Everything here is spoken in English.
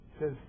says